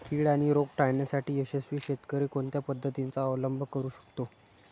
कीड आणि रोग टाळण्यासाठी यशस्वी शेतकरी कोणत्या पद्धतींचा अवलंब करू शकतो?